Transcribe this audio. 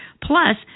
Plus